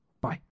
Bye